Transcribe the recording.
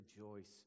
rejoice